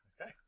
Okay